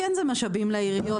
זה משאבים לעיריות,